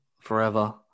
forever